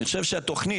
אני חושב שהתוכנית,